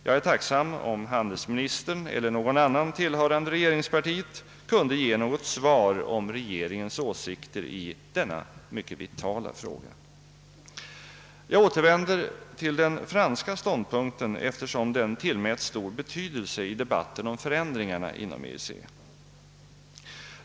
Jag vore tacksam om handelsministern eller någon annan tillhörande regeringspartiet kunde ge ett svar beträffande regeringens åsikter i denna mycket vitala fråga. Jag återvänder till den franska ståndpunkten, eftersom den tillmäts stor betydelse i debatten om förändringarna inom EEC.